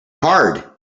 hard